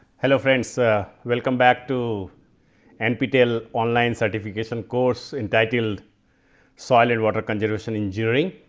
hello friends welcome back to nptel online certification course entitled soil and water conservation engineering.